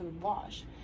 wash